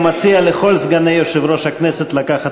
אני גם מציע לכל סגני יושב-ראש הכנסת לקחת